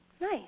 Nice